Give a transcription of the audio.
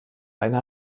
einer